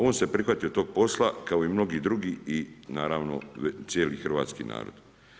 On se prihvatio tog posla, kao i mnogi drugi, i naravno cijeli hrvatski narod.